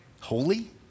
Holy